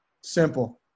Simple